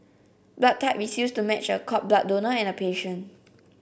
blood type is used to match a cord blood donor and a patient